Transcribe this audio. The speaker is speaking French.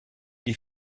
des